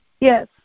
Yes